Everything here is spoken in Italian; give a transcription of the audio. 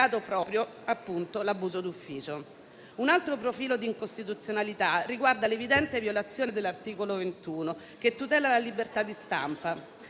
Un altro profilo di incostituzionalità riguarda l'evidente violazione dell'articolo 21, che tutela la libertà di stampa.